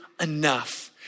enough